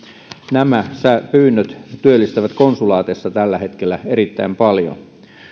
nämä pyynnöt työllistävät konsulaateissa tällä hetkellä erittäin paljon